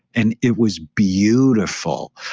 and it was beautiful.